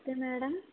నమస్తే మేడం